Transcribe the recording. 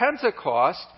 Pentecost